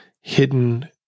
hidden